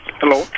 Hello